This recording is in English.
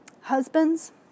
Husbands